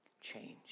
Change